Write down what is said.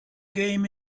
game